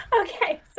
Okay